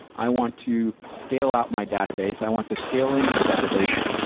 i want to scale out my database. i want to scale in my database.